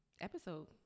episode